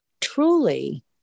truly